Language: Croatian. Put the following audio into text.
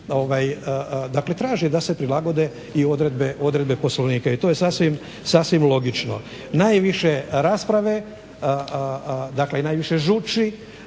dakle traže da se prilagode i odredbe Poslovnika i to je sasvim logično. Najviše rasprave i najviše žuči